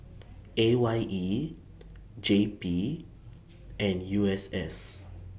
A Y E J P and U S S